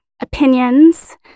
opinions